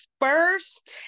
first